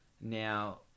Now